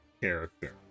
character